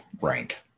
rank